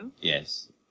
yes